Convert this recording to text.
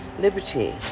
Liberty